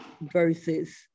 versus